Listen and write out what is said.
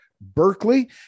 Berkeley